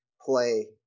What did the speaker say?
play